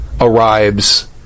arrives